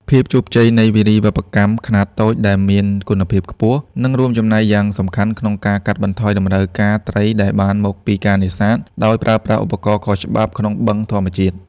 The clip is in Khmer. ភាពជោគជ័យនៃវារីវប្បកម្មខ្នាតតូចដែលមានគុណភាពខ្ពស់ នឹងរួមចំណែកយ៉ាងសំខាន់ក្នុងការកាត់បន្ថយតម្រូវការត្រីដែលបានមកពីការនេសាទដោយប្រើប្រាស់ឧបករណ៍ខុសច្បាប់ក្នុងបឹងធម្មជាតិ។